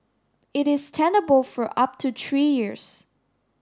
it is tenable for up to three years